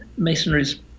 Masonry's